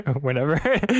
whenever